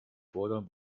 fordern